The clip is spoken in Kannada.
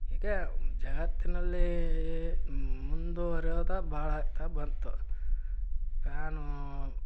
ಹೀಗೆ ಜಗತ್ತಿನಲ್ಲಿ ಮುಂದುವರ್ಯೋದು ಭಾಳ ಆಗ್ತಾ ಬಂತು ಫ್ಯಾನು